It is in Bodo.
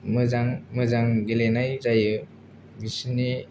मोजां मोजां गेलेनाय जायो बिसिनि